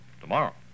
Tomorrow